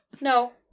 No